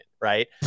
right